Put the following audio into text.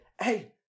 hey